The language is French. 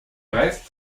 reste